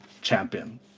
champion